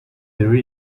there